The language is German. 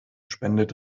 spendet